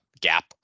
gap